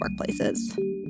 workplaces